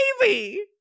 baby